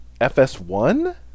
FS1